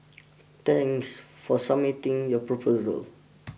thanks for submitting your proposal